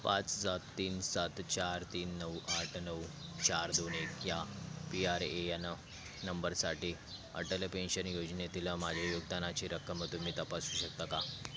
पाच सात तीन सात चार तीन नऊ आठ नऊ चार दोन एक या पी आर ए एन नंबरसाठी अटल पेन्शन योजनेतील माझ्या योगदानाची रक्कम तुम्ही तपासू शकता का